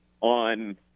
on